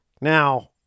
Now